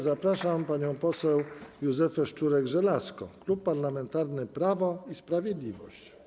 Zapraszam panią poseł Józefę Szczurek-Żelazko, Klub Parlamentarny Prawo i Sprawiedliwość.